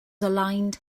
aligned